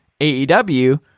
AEW